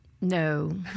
no